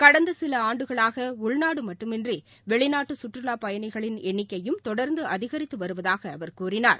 கடந்தசிலஆண்டுகளாகஉள்நாடுமட்டுமன்றிவெளிநாட்டுகற்றுலாப் பயணிகளின் எண்ணிக்கையும் தொடர்ந்துஅதிகரித்துவருவதாகஅவர் கூறினார்